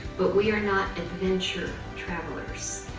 but we are not adventure travelers.